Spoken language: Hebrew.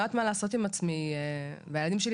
לא יודעת מה לעשות עם עצמי והילדים שלי